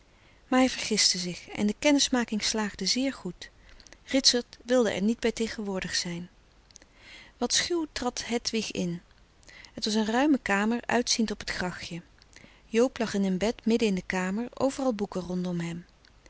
maar hij vergiste zich en de kennismaking slaagde zeer goed ritsert wilde er niet bij tegenwoordig zijn wat schuw trad hedwig in het was een ruime kamer uitziend op het grachtje joob lag in een bed midden in de kamer overal boeken rondom hem